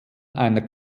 einer